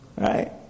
Right